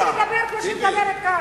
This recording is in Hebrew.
היא לא תוכל לדבר כמו שהיא מדברת כאן.